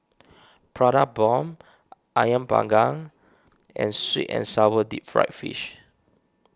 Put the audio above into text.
Prata Bomb Ayam Panggang and Sweet and Sour Deep Fried Fish